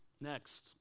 next